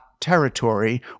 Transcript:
territory